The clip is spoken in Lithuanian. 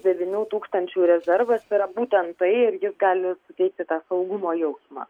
devynių tūkstančių rezervas yra būtent tai irgi jis gali suteikti tą saugumo jausmą